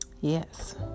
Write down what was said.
Yes